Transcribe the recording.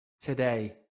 today